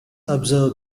observe